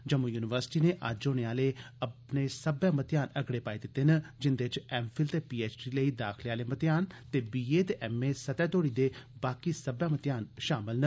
Jammu university नै अज्ज होने आले सब्बै मतेयान अगड़े पाई दित्ते न जिंदे च एम फिल पीएचडी लेई दाखले आले मतेयान ते बी ए ते एम ए सतह् तोड़ी दे बाकी मतेयान शामल न